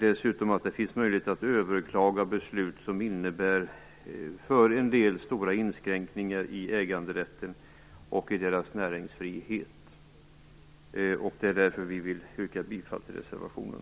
Dessutom bör det finnas möjlighet att överklaga beslut som för en del fiskeägare innebär stora inskränkningar i äganderätten och näringsfriheten. Det är därför vi vill yrka bifall till reservationen.